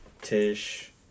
Tish